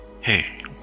hey